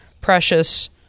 precious